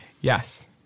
Yes